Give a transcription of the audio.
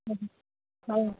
অঁ অঁ